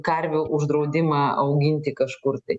karvių uždraudimą auginti kažkur tai